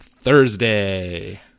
Thursday